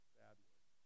fabulous